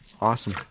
Awesome